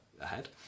ahead